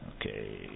Okay